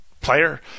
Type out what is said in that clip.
player